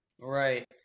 Right